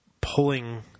pulling